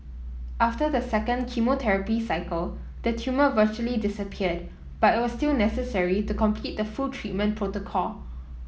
after the second chemotherapy cycle the tumour virtually disappeared but it was still necessary to complete the full treatment protocol